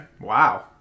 Wow